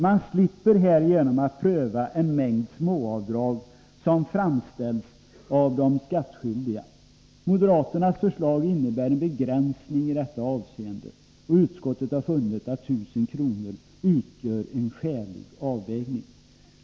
Man slipper härigenom att pröva en mängd småavdrag som yrkas av de skattskyldiga. Moderaternas förslag innebär en begränsning i detta avseende, men utskottsmajoriteten har funnit att 1 000 kr. utgör en skälig summa.